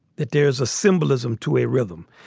that there's a symbolism to a rhythm.